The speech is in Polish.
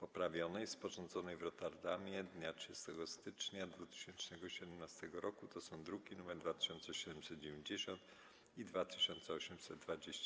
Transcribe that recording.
(poprawionej), sporządzonej w Rotterdamie dnia 30 stycznia 2017 r. (druki nr 2790 i 2820)